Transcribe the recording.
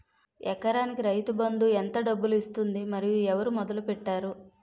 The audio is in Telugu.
ఎకరానికి రైతు బందు ఎంత డబ్బులు ఇస్తుంది? మరియు ఎవరు మొదల పెట్టారు?